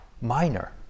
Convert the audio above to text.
minor